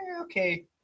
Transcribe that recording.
okay